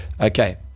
Okay